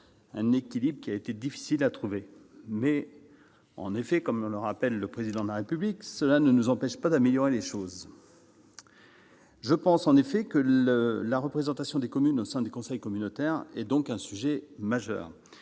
un équilibre qui a été difficile à trouver. Cela étant, comme l'a souligné le Président de la République, cela ne nous empêche pas d'améliorer les choses. Je pense que la représentation des communes au sein des conseils communautaires est un sujet majeur.